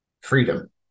freedom